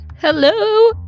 Hello